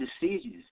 decisions